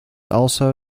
also